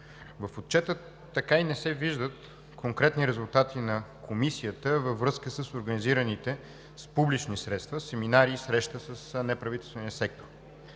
В Отчета така и не се виждат конкретни резултати на Комисията във връзка с организираните с публични средства семинари и срещи с неправителствения сектор.